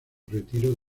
retiro